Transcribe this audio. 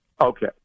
Okay